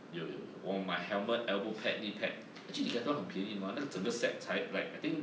有有有我买 helmet elbow pad knee pad actually Decathlon 很便宜的吗那个真个 set 才 like I think